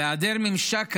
בהיעדר ממשק כזה,